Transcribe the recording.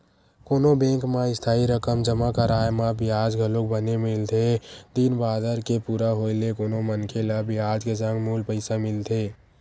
कोनो बेंक म इस्थाई रकम जमा कराय म बियाज घलोक बने मिलथे दिन बादर के पूरा होय ले कोनो मनखे ल बियाज के संग मूल पइसा मिलथे